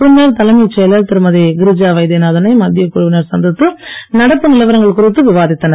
பின்னர் தலைமைச் செயலர் திருமதி கிரிஜா வைத்தியநாதனை மத்தியக் குழுவினர் சந்தித்து நடப்பு நிலவரங்கள் குறித்து விவாதித்தனர்